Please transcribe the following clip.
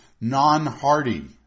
Non-hardy